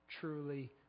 truly